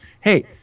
Hey